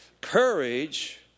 Courage